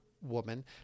woman